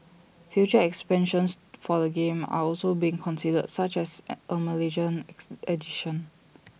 future expansions for the game are also being considered such as A Malaysian ex edition